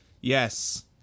Yes